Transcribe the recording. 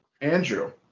Andrew